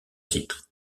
titre